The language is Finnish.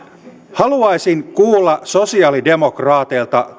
haluaisin kuulla sosialidemokraateilta